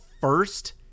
first